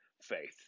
faith